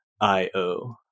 IO